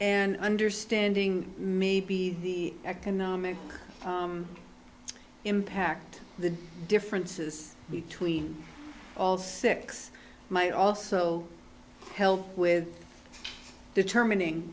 and understanding maybe the economic impact the differences between all six might also help with determining